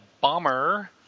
Bomber